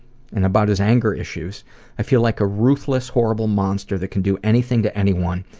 and about his anger issues i feel like a ruthless, horrible monster that can do anything to anyone,